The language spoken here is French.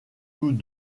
tous